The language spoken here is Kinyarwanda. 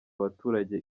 abaturage